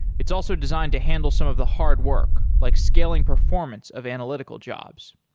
it's also designed to handle some of the hard work like scaling performance of analytical jobs,